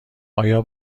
آیا